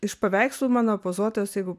iš paveikslų mano pozuotojos jeigu